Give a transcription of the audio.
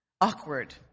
awkward